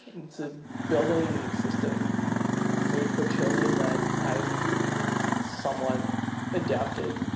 it's a building system made for children that i've somewhat adapted.